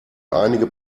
einige